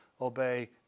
obey